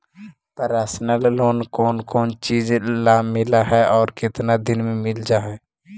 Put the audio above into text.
Personal loan कोन कोन चिज ल मिल है और केतना दिन में मिल जा है?